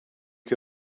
che